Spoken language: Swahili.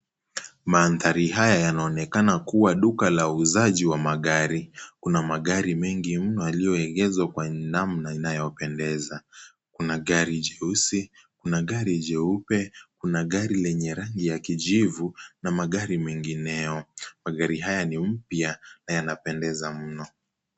Maandhari haya yanaonekana kuwa duka la uuzaji wa magari. Kuna magari mingi mno yaliyoegezwa kwa namna inayopendeza. Kuna gari jeusi, kuna gari jeupe, kuna gari lenye rangi ya kijivu na magari mingineyo. Magari haya ni upya na inapendeza mno.